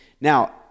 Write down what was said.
Now